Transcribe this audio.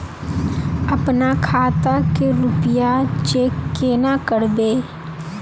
अपना खाता के रुपया चेक केना करबे?